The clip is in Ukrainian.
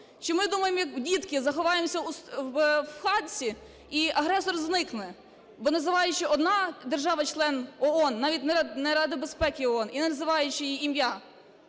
Чи ми думаємо, як дітки, заховаємося в хатці - і агресор зникне? Бо називаючи… одна держава-член ООН, навіть не Ради безпеки ООН, і не називаючи її ім'я,